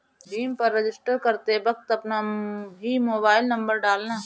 भीम पर रजिस्टर करते वक्त अपना ही मोबाईल नंबर डालना